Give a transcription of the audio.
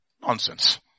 Nonsense